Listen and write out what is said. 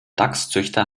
dachszüchter